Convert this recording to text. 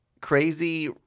crazy